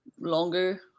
longer